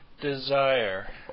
desire